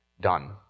done